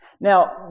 Now